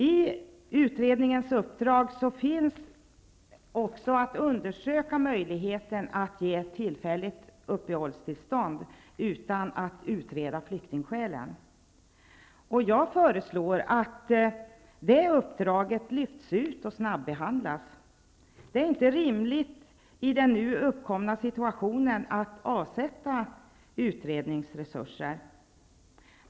I utredningens uppdrag finns att undersöka möjligheten att ge tillfälliga uppehållstillstånd utan att utreda flyktingskälen. Jag föreslår att det uppdraget lyfts ut och snabbehandlas. Det är inte rimligt att i den nu uppkomna situationen avsätta utredningsresurser.